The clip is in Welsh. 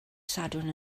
sadwrn